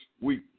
week